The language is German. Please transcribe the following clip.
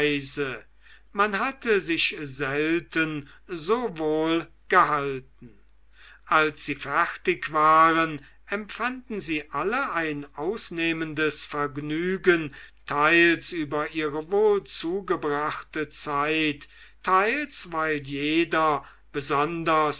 man hatte sich selten so wohl gehalten als sie fertig waren empfanden sie alle ein ausnehmendes vergnügen teils über ihre wohlzugebrachte zeit teils weil jeder besonders